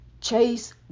Chase